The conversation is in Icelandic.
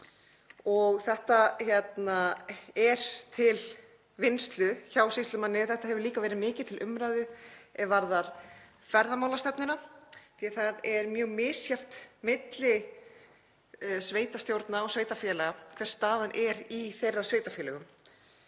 og þetta er til vinnslu hjá sýslumanni. Þetta hefur líka verið mikið til umræðu er varðar ferðamálastefnuna því það er mjög misjafnt milli sveitarstjórna og sveitarfélaga hver staðan er í þeirra sveitarfélögum.